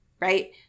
Right